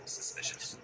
suspicious